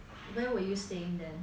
where were you staying then